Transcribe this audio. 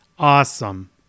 Awesome